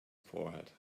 forehead